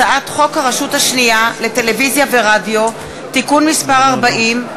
הצעת חוק הרשות השנייה לטלוויזיה ורדיו (תיקון מס' 40),